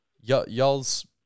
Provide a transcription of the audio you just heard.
y'all's